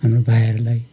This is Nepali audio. हाम्रो भाइहरूलाई